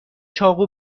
چاقو